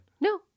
no